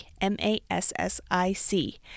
M-A-S-S-I-C